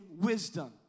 wisdom